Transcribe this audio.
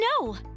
No